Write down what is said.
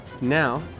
Now